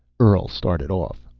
earl started off.